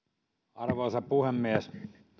arvoisa puhemies